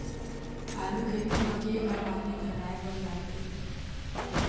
आलू खेती म केघा पानी धराए बर लागथे?